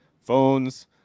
Phones